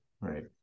right